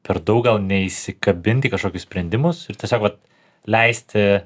per daug gal neįsikabinti į kažkokius sprendimus ir tiesiog vat leisti